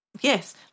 yes